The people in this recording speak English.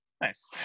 Nice